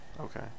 Okay